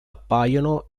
appaiono